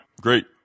Great